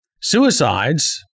suicides